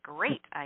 Great